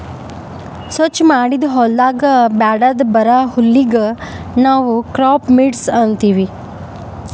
ಸ್ವಚ್ ಮಾಡಿದ್ ಹೊಲದಾಗ್ ಬ್ಯಾಡದ್ ಬರಾ ಹುಲ್ಲಿಗ್ ನಾವ್ ಕ್ರಾಪ್ ವೀಡ್ಸ್ ಅಂತೀವಿ